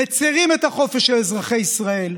מצירים את החופש של אזרחי ישראל,